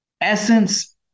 essence